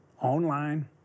online